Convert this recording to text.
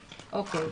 אוקיי.